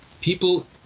people